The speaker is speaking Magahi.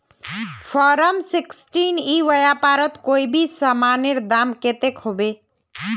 फारम सिक्सटीन ई व्यापारोत कोई भी सामानेर दाम कतेक होबे?